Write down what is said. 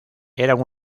eran